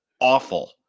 awful